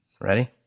Ready